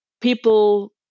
people